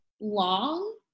long